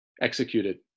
executed